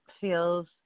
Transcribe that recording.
feels